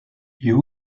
you